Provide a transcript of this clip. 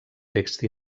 text